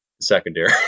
secondary